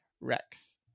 Rex